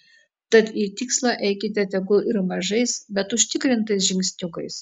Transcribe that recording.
tad į tikslą eikite tegul ir mažais bet užtikrintais žingsniukais